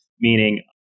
meaning